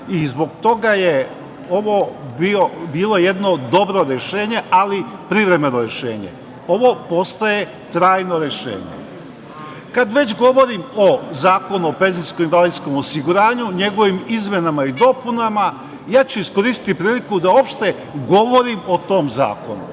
i zbog toga je ovo bilo jedno dobro ali privremeno rešenje. Ovo postaje trajno rešenje. Kad već govorim o Zakonu o penzijsko-invalidskom osiguranju, njegovim izmenama i dopunama, ja ću iskoristi priliku da uopšte govorim o tom zakonu.